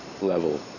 level